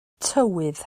tywydd